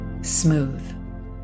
smooth